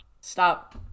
Stop